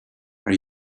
are